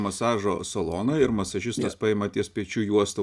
masažo saloną ir masažistės paima ties pečių juosta